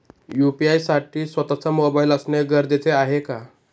UPI साठी स्वत:चा mobile असणे गरजेचे आहे का?